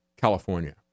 California